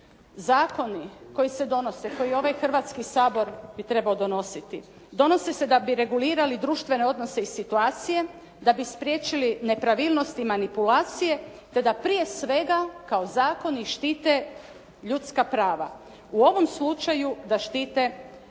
Zakoni koji se donose, koje ovaj Hrvatski sabor bi trebao donositi donose se da bi regulirali društvene odnose i situacije, da bi spriječili nepravilnosti i manipulacije te da prije svega kao zakoni štite ljudska prava. U ovom slučaju da štite temeljno ljudsko pravo